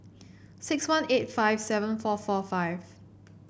six one eight five seven four four five